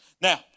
Now